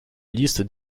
liste